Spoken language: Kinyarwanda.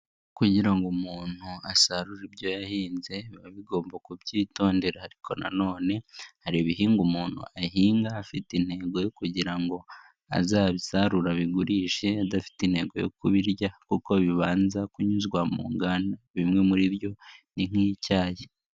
Kugira ngo umuntu asarure ibyo yahinze biba bigomba kubyitondera, ariko nanone hari ibihingwa umuntu ahinga afite intego yo kugira ngo azasarura bigurishe adafite intego yo kubirya kuko bibanza kunyuzwa mu nganda bimwe muri byo ni nk'icyayi.